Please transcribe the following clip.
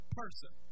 person